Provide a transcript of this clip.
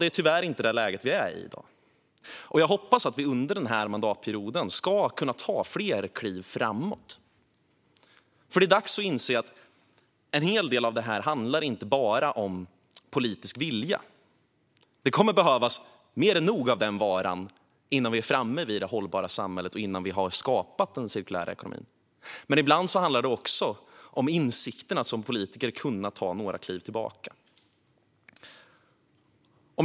Det är tyvärr inte det läge vi i dag är i. Jag hoppas att vi under denna mandatperiod ska kunna ta fler kliv framåt, för det är dags att inse att en hel del av detta inte bara handlar om politisk vilja. Det kommer att behövas mer än nog av den varan innan vi är framme vid det hållbara samhället och innan vi har skapat den cirkulära ekonomin, men ibland handlar det också om insikten att man som politiker ska kunna ta några kliv tillbaka.